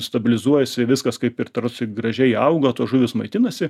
stabilizuojasi viskas kaip ir tarsi gražiai auga tos žuvys maitinasi